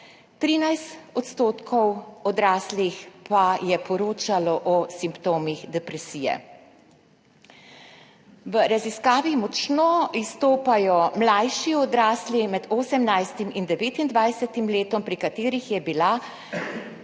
13 % odstotkov odraslih pa je poročalo o simptomih depresije. V raziskavi močno izstopajo mlajši odrasli med 18. in 29. letom, pri katerih je bila